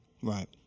right